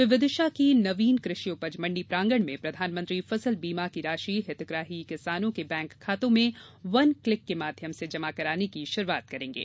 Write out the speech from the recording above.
वे विदिशा की नवीन कृषि उपज मण्डी प्रांगण में प्रधानमंत्री फसल बीमा की राशि हितग्राही किसानों के बैंक खातों में वन क्लिक के माध्यम से जमा कराने की शुरुआत करेंगे